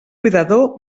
cuidador